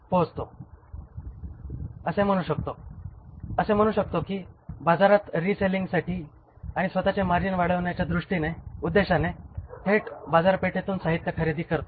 पण मर्चंडायसिंग ऑरगॅनिझशनच्या बाबतीत असे होत नाही कारण ते प्रॉडक्ट निर्मिती करत नाहीत ते केवळ आपण असे म्हणू शकतो की बाजारात रेसिलिंगसाठी आणि स्वतःचे मार्जिन वाढविण्याच्या उद्देशाने थेट बाजारपेठेतून साहित्य खरेदी करतात